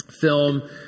film